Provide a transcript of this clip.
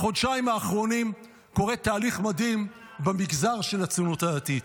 בחודשיים האחרונים קורה תהליך מדהים במגזר של הציונות הדתית.